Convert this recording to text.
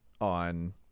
on